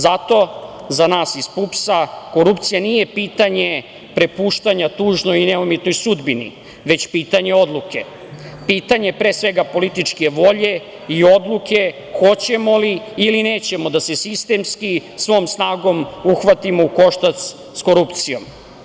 Zato za nas iz PUPS-a korupcija nije pitanje prepuštanja tužno i neumitno sudbini, već pitanje odluke, pitanje pre svega političke volje i odluke hoćemo li ili nećemo da se sistemski svom snagom uhvatimo u koštac sa korupcijom.